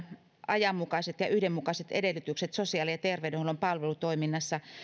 ajanmukaiset ja yhdenmukaiset edellytykset sosiaali ja terveydenhuollon palvelutoiminnassa